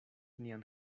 nian